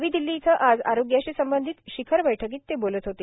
नवी दिल्ली इथं आज आरोग्याशी संबंधित शिखर बैठकीत ते बोलत होते